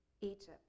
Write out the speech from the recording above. egypt